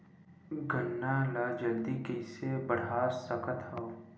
गन्ना ल जल्दी कइसे बढ़ा सकत हव?